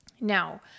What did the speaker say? Now